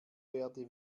werde